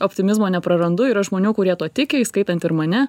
optimizmo neprarandu yra žmonių kurie tuo tiki įskaitant ir mane